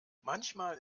manchmal